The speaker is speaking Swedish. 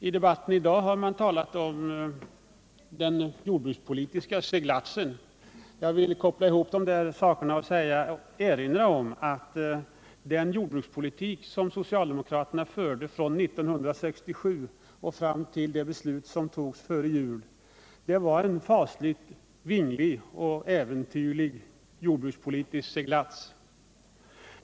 I debatten i dag har man talat om den jordbrukspolitiska seglatsen, Jag vill koppla ihop dessa saker och erinra om att den jordbrukspolitik, som socialdemokraterna förde från 1967 och fram till det beslut som togs före jul, var en fasligt vinglig och äventyrlig jordbrukspolitisk seglats.